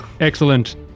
Excellent